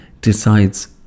decides